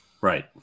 right